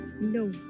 No